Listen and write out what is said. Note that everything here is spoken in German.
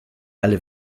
alle